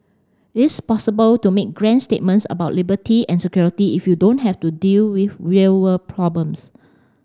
it's possible to make grand statements about liberty and security if you don't have to deal with real world problems